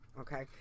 Okay